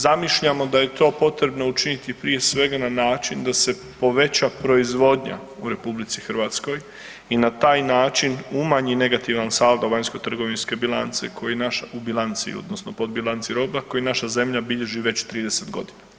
Zamišljamo da je to potrebno učiniti prije svega na način da se poveća proizvodnja u RH i na taj način umanji negativan saldo vanjsko trgovinske bilance ko i naša u bilanci odnosno podbilanci roba koji naša zemlja bilježi već 30 godina.